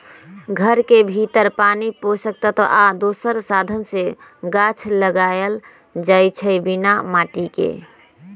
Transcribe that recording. घर के भीतर पानी पोषक तत्व आ दोसर साधन से गाछ लगाएल जाइ छइ बिना माटिके